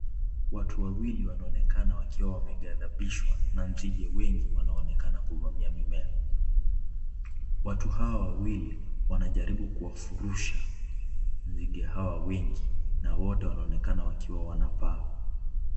Watu wawili wanaonekana wakiwa wanaghadhadishwa na nzige wengi wanaonekana kuvaamia mimea, watu hawa wawili wanajaribu kuwafurusha nzige hawa wengi na wote wanaonekana wakiwa wakipaa.